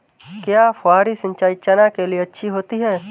क्या फुहारी सिंचाई चना के लिए अच्छी होती है?